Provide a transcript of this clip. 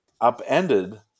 upended